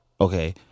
Okay